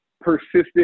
persisted